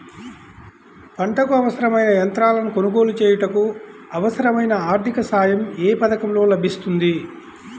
పంటకు అవసరమైన యంత్రాలను కొనగోలు చేయుటకు, అవసరమైన ఆర్థిక సాయం యే పథకంలో లభిస్తుంది?